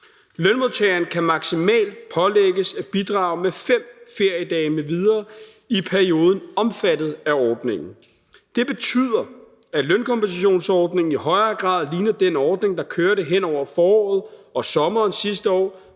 Lønmodtageren kan maksimalt pålægges at bidrage med 5 feriedage m.v. i perioden omfattet af ordningen. Det betyder, at lønkompensationsordningen i højere grad ligner den ordning, der kørte hen over foråret og sommeren sidste år,